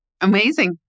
Amazing